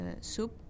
soup